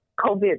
COVID